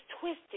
twisted